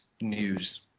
news